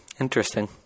interesting